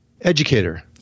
Educator